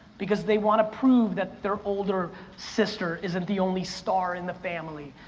because they wanna prove that their older sister isn't the only star in the family.